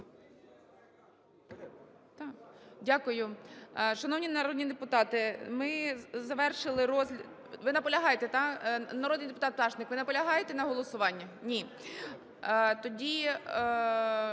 Дякую. Шановні народні депутати, ми завершили розгляд… (Шум у залі) Ви наполягаєте, так? Народний депутат Пташник, ви наполягаєте на голосуванні? Ні.